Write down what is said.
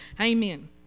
Amen